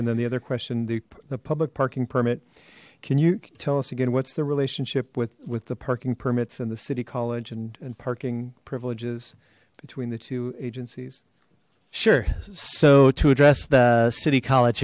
and then the other question the the public parking permit can you tell us again what's the relationship with with the parking permits and the city college and and parking privileges between the two agencies sure so to address the city college